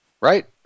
Right